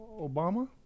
obama